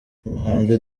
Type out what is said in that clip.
umuhanzi